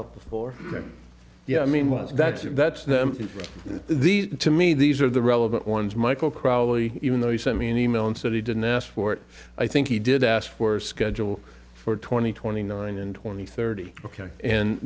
up before yeah i mean was that that these to me these are the relevant ones michael crowley even though he sent me an e mail and said he didn't ask for it i think he did ask for a schedule for twenty twenty nine and twenty thirty ok and